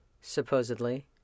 supposedly